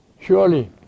Surely